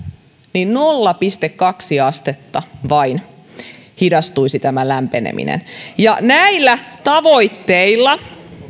vain nolla pilkku kaksi astetta hidastuisi tämä lämpeneminen näillä tavoitteilla